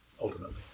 Ultimately